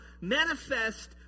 manifest